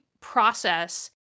process